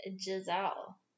Giselle